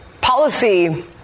policy